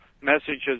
messages